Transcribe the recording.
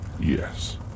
yes